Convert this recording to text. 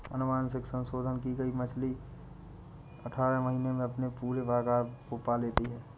अनुवांशिक संशोधन की गई मछली अठारह महीने में अपने पूरे आकार को पा लेती है